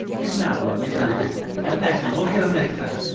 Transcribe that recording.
maybe not, will. maybe not this one. but next one. we'll get them next time